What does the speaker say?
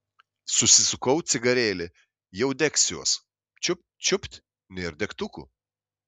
susisukau cigarėlį jau degsiuos čiupt čiupt nėr degtukų